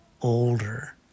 older